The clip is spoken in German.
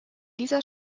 dieser